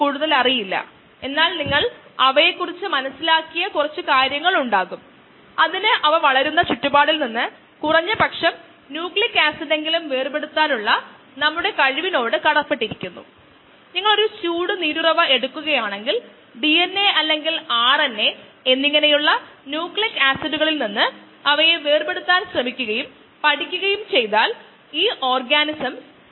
ഉണ്ടെന്ന് നമ്മൾ നിശബ്ദമായി അനുമാനിച്ചിരുന്നു അതിനാൽ mu എന്നത് mu m ന് തുല്യമാണ് നമുക്ക് mu വേർസസ് അറിയാം S ഇനിഷ്യൽ ഫേസിൽ മാറുമ്പോൾ mu മാറുന്നു തുടർന്ന് കോൺസ്റ്റന്റ് മൂല്യം അല്ലെങ്കിൽ mu m എത്തുമ്പോൾ സാന്ദ്രത ഒരു നിശ്ചിത നിലവാരത്തിന് മുകളിലാണ്